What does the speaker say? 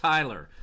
Tyler